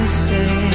stay